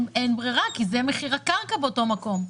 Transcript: ברירה כי זה מחיר הקרקע באותו מקום.